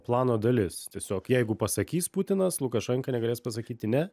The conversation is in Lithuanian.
plano dalis tiesiog jeigu pasakys putinas lukašenka negalės pasakyti ne